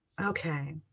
Okay